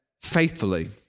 faithfully